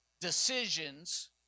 decisions